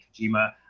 kojima